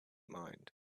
mind